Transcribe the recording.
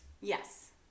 yes